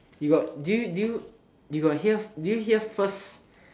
you got do you do you you got hear did you hear first